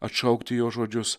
atšaukti jo žodžius